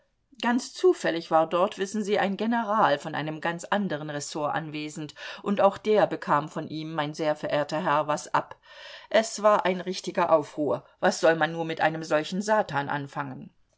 ganz zufällig war dort wissen sie ein general von einem ganz anderen ressort anwesend und auch der bekam von ihm mein sehr verehrter herr was ab es war ein richtiger aufruhr was soll man nur mit einem solchen satan anfangen